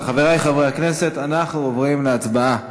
חברי חברי הכנסת, אנחנו עוברים להצבעה